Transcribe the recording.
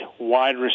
wide